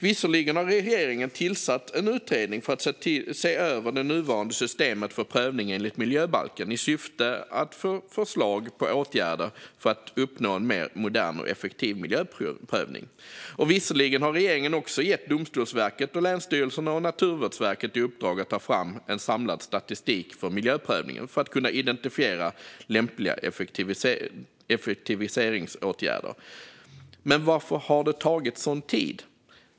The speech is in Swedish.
Visserligen har regeringen tillsatt en utredning för att se över det nuvarande systemet för prövning enligt miljöbalken i syfte att få förslag på åtgärder för att uppnå en mer modern och effektiv miljöprövning. Och visserligen har regeringen också gett Domstolsverket, länsstyrelserna och Naturvårdsverket i uppdrag att ta fram en samlad statistik för miljöprövningen för att kunna identifiera lämpliga effektiviseringsåtgärder. Men varför har det tagit så lång tid?